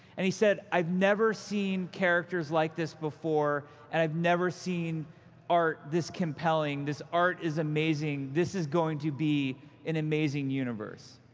and he said, i've never seen characters like this before and i've never seen art this compelling. this art is amazing. this is going to be an amazing universe.